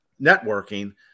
networking